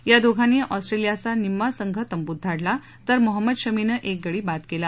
या दोंघांनी ऑस्ट्रेलियांचा निम्मा संघ तंबुत धाडला तर मोहम्मद शमीनं एक गडी बाद केला